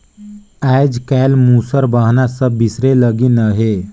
आएज काएल मूसर बहना सब बिसरे लगिन अहे